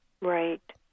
Right